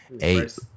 eight